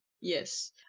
Yes